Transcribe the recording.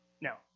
Now